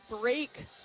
break